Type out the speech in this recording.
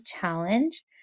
challenge